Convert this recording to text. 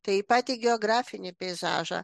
tai į patį geografinį peizažą